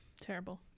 terrible